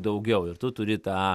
daugiau ir tu turi tą